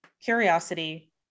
curiosity